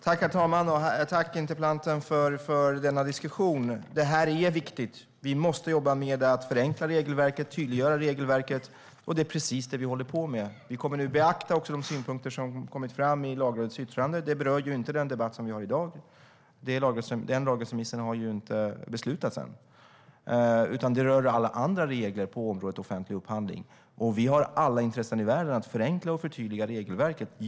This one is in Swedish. Herr talman! Jag tackar interpellanten för diskussionen. Det här är viktigt. Vi måste jobba med att förenkla och tydliggöra regelverket, och det är precis det vi håller på med. Vi kommer att beakta även de synpunkter som kommit fram i Lagrådets yttrande, men det berör inte den debatt vi för i dag - den lagrådsremissen har inte beslutats än - utan det berör alla andra regler på området offentlig upphandling. Vi har alla intressen i världen av att förenkla och förtydliga regelverket.